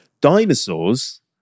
Dinosaurs